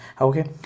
okay